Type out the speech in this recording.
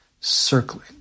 circling